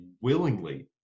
willingly